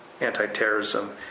anti-terrorism